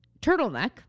turtleneck